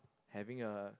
having a